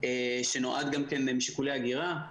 שנועד גם כן משיקולי הגירה.